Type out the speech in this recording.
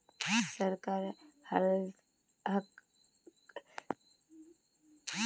सरकार कहलछेक कि बाढ़ ओसवार वजह स प्याजेर दाम बढ़िलछेक